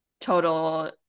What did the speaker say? total